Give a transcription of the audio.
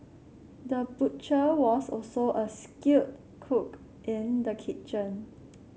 the butcher was also a skilled cook in the kitchen